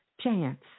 chance